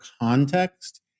context